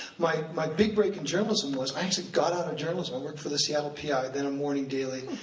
my my big break in journalism was, i actually got out of journalism. i worked for the seattle p i, then a morning daily,